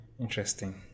Interesting